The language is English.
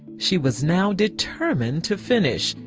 she was now determined to finish.